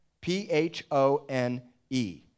P-H-O-N-E